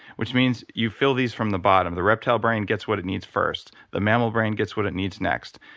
which means you fill these from the bottom. the reptile brain gets what it needs first. the mammal brain gets what it needs next.